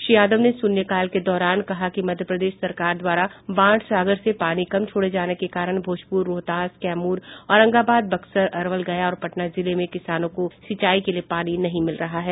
श्री यादव ने शून्य काल के दौरान कहा कि मध्यप्रदेश सरकार द्वारा बाणसागर से पानी कम छोड़े जाने के कारण भोजपुर रोहतास कैमूर औरंगाबाद बक्सर अरवल गया और पटना जिले में किसानों को सिंचाई के लिए पानी नहीं मिल रहा है